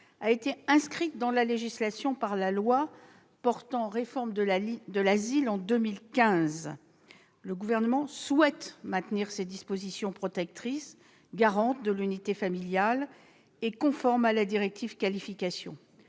a été inscrite dans la législation par la loi relative à réforme de l'asile de 2015. Le Gouvernement souhaite maintenir ces dispositions protectrices, garantes de l'unité familiale et conformes à la directive Qualification.